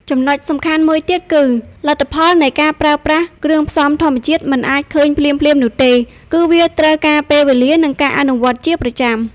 ចំណុចសំខាន់មួយទៀតគឺ លទ្ធផលនៃការប្រើប្រាស់គ្រឿងផ្សំធម្មជាតិមិនអាចឃើញភ្លាមៗនោះទេ គឺវាត្រូវការពេលវេលា និងការអនុវត្តជាប្រចាំ។